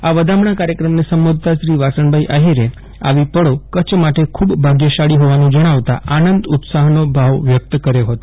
આ વધામણાં કાર્યક્રમને સંબોધતાં શ્રી વાસણભાઈ આફિરે આવી પળો કચ્છ માટે ખૂબ ભાગ્યશાળી ફોવાનું જણાવતાં આનંદ ઉત્સાફનો ભાવ વ્યકત કર્યો ફતો